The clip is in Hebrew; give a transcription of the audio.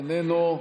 איננו,